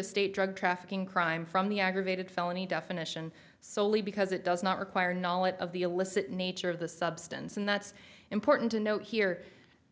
a state drug trafficking crime from the aggravated felony definition solely because it does not require knowledge of the illicit nature of the substance and that's important to know here